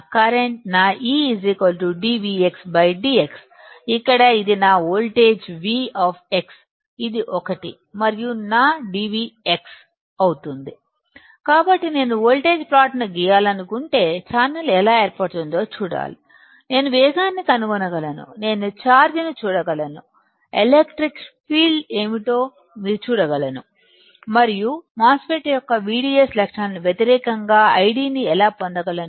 నా E dvdx ఇక్కడ ఇది నా వోల్టేజ్ v ఇది ఒకటి మరియు ఇది నా dv అవుతుంది కాబట్టి నేను వోల్టేజ్ ప్లాట్ను గీయాలనుకుంటే ఛానెల్ ఎలా ఏర్పడుతుందో చూడాలి నేను వేగాన్ని కనుగొనగలను నేను ఛార్జీ ని చూడగలను ఎలక్ట్రిక్ ఫీల్డ్ ఏమిటో నేను చూడగలను మరియు మాస్ ఫెట్ యొక్క VDSలక్షణాలకు వ్యతిరేకంగా IDని ఎలా పొందగలను